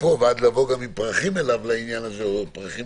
מפה ועד לבוא עם פרחים אליו לעניין הזה או למלון,